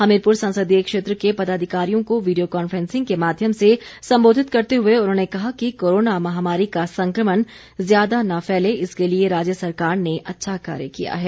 हमीरपुर संसदीय क्षेत्र के पदाधिकारियों को वीडियो कॉन्फ्रेंसिंग के माध्यम से सम्बोधित करते हुए उन्होंने कहा कि कोरोना महामारी का संक्रमण ज़्यादा न फैले इसके लिए राज्य सरकार ने अच्छा कार्य किया है